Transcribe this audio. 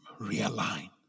realign